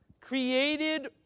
Created